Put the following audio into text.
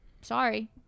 Sorry